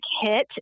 hit